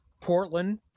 Portland